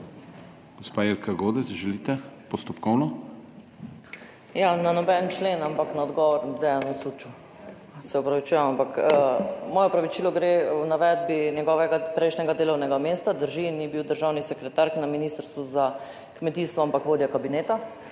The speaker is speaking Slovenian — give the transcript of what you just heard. Gospa Jelka Godec, želite postopkovno? JELKA GODEC (PS SDS): Ja, na noben člen, ampak na odgovor Dejanu Süču. Se opravičujem, ampak moje opravičilo gre v navedbi njegovega prejšnjega delovnega mesta. Drži, ni bil državni sekretar na Ministrstvu za kmetijstvo, ampak vodja kabineta.